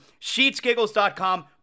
SheetsGiggles.com